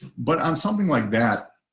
but on something like that.